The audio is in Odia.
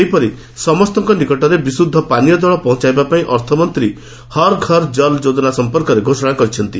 ସେହିପରି ସମ୍ତଙ୍କ ନିକଟରେ ବିଶୁଦ୍ଧ ପାନୀୟ କଳ ପହଞାଇବା ପାଇଁ ଅର୍ଥମନ୍ତୀ 'ହର୍ ଘର୍ କଲ୍' ଯୋଜନା ସଂପର୍କରେ ଘୋଷଣା କରିଛନ୍ତି